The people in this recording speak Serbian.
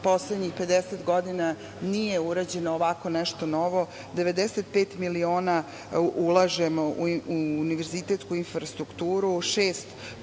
poslednjih 50 godina nije urađeno ovako nešto novo, 95 miliona ulažemo u univerzitetsku infrastrukturu, šest